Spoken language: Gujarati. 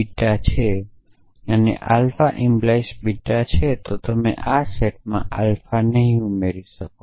બીટા છે અને આલ્ફા 🡪 બીટા છે તો પછી તમે આ સેટમાં આલ્ફા નહીં ઉમેરી શકો